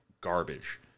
garbage